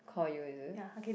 call you is it